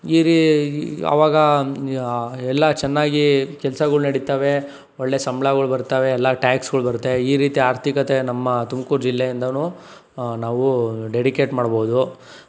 ಈ ರಿ ಆವಾಗ ಎಲ್ಲ ಚೆನ್ನಾಗಿ ಕೆಲಸಗಳು ನಡೀತವೆ ಒಳ್ಳೆಯ ಸಂಬಳಗಳು ಬರ್ತಾವೆ ಎಲ್ಲ ಟ್ಯಾಕ್ಸ್ಗಳು ಬರುತ್ತೆ ಈ ರೀತಿ ಆರ್ಥಿಕತೆ ನಮ್ಮ ತುಮಕೂರು ಜಿಲ್ಲೆಯಿಂದನೂ ನಾವು ಡೆಡಿಕೇಟ್ ಮಾಡ್ಬೋದು